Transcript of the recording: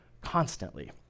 constantly